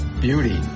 beauty